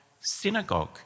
synagogue